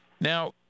Now